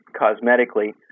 cosmetically